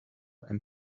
and